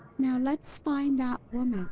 now, let's find that woman.